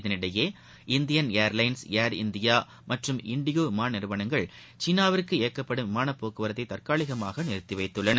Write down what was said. இதற்கிடையே Indian Airlines Air India மற்றும் IndiGo விமான நிறுவனங்கள் சீனாவிற்கு இயக்கப்படும் விமானப்போக்குவரத்தை தற்காலிகமாக நிறுத்திவைத்துள்ளன